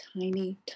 tiny